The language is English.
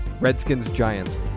Redskins-Giants